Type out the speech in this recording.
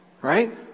right